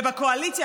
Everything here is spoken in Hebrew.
ובקואליציה,